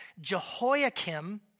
Jehoiakim